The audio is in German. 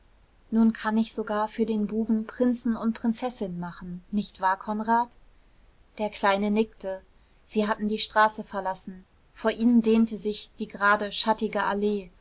nun kann ich sogar für den buben prinzen und prinzessinnen machen nicht wahr konrad der kleine nickte sie hatten die straße verlassen vor ihnen dehnte sich die gerade schattige allee